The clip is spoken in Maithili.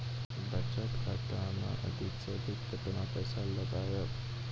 बचत खाता मे अधिक से अधिक केतना पैसा लगाय ब?